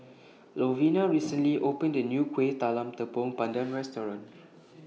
Lovina recently opened A New Kueh Talam Tepong Pandan Restaurant